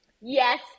yes